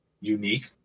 unique